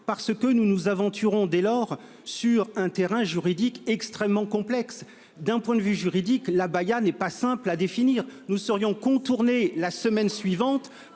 Parce que nous nous aventurerions sur un terrain extrêmement complexe. D'un point de vue juridique, l'abaya n'est pas simple à définir, et nous serions contournés la semaine suivante